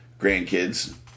grandkids